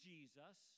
Jesus